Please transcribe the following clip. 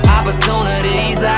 Opportunities